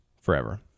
forever